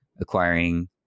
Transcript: acquiring